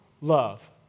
love